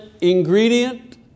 ingredient